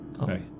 Okay